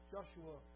Joshua